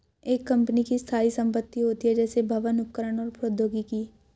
एक कंपनी की स्थायी संपत्ति होती हैं, जैसे भवन, उपकरण और प्रौद्योगिकी